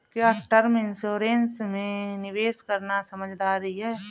क्या term insurance में निवेश करना समझदारी है?